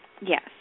Yes